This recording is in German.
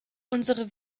unsere